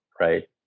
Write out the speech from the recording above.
Right